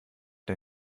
der